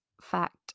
fact